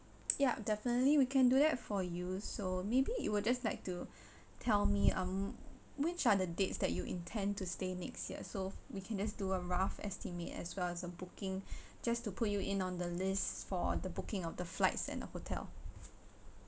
yup definitely we can do that for you so maybe you would just like to tell me um which are the dates that you intend to stay next year so we can just do a rough estimate as well as a booking just to put you in on the list for the booking of the flights and the hotel